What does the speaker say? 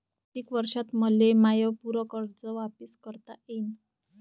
कितीक वर्षात मले माय पूर कर्ज वापिस करता येईन?